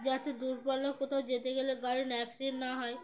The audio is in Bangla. যাতে দূর পাল্লা কোথাও যেতে গেলে গাড়ির অ্যাক্সিডেন্ট না হয়